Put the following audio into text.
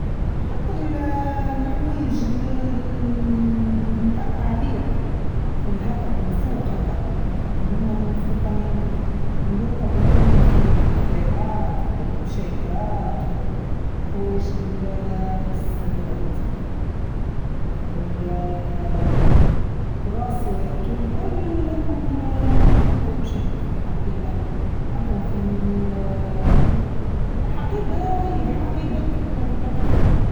نحط الحويج التعليق في الهكة من فوق هكة نحطهم من فوق نين بالكل من الوطة بالكل نخلي كالخليعات وكالشيكرات وكالحويج الصغيرة للتسماء والبروسيت والكل نحطهم في الحقيبة نحطهم في الللللل الحقيبه حقيبة الكتف.